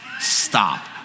stop